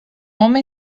homem